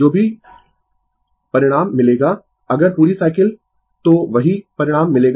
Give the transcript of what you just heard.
जो भी रिजल्ट मिलेगा अगर पूरी साइकिल तो वही रिजल्ट मिलेगा